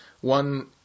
one